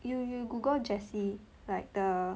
you you Google jessi like the